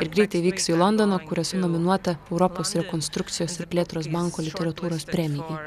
ir greitai vyksiu į londoną kur esu nominuota europos rekonstrukcijos ir plėtros banko literatūros premijai